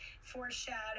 foreshadow